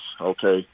okay